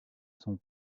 sont